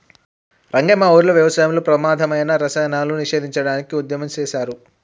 రంగయ్య మా ఊరిలో వ్యవసాయంలో ప్రమాధమైన రసాయనాలను నివేదించడానికి ఉద్యమం సేసారు